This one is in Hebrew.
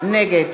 נגד